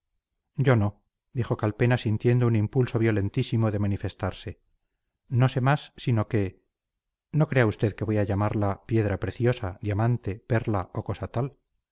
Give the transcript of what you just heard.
yo no dijo calpena sintiendo un impulso violentísimo de manifestarse no sé más sino que no crea usted que voy a llamarla piedra preciosa diamante perla o cosa